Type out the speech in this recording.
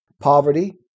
poverty